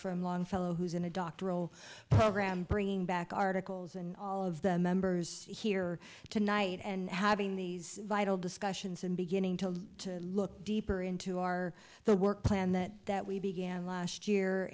from longfellow who's in a doctoral program bringing back articles and all of the members here tonight and having these vital discussions and beginning to look deeper into our the work plan that that we began last year